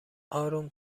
اروم